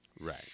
Right